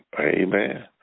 Amen